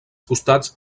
costats